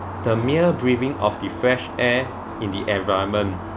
the mere breathing of the fresh air in the environment